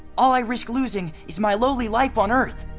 all i risk losing is my lowly life on earth,